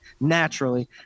naturally